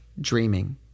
dreaming